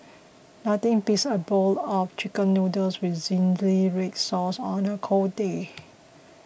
nothing beats a bowl of Chicken Noodles with Zingy Red Sauce on a cold day